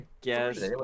guess